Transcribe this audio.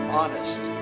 honest